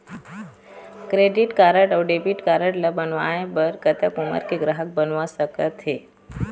Credit card अऊ debit card ला बनवाए बर कतक उमर के ग्राहक बनवा सका थे?